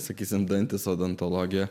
sakysime dantys odontologė